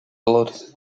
blood